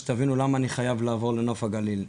שתבינו למה אני חייב לעבור לנוף הגליל,